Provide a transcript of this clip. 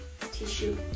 tissue